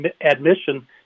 admission